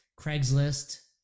Craigslist